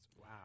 Wow